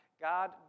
God